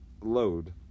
Load